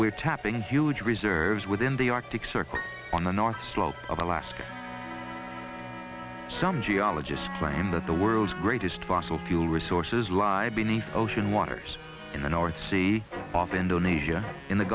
we're tapping huge reserves within the arctic circle on the north slope of alaska some geologists claim that the world's greatest fossil fuel resources lie beneath the ocean waters in the north sea off indonesia in the